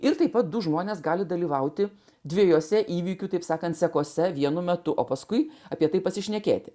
ir taip pat du žmonės gali dalyvauti dvejose įvykių taip sakant sekose vienu metu o paskui apie tai pasišnekėti